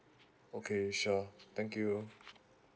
okay sure thank you